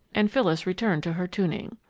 and phyllis returned to her tuning.